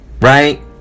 right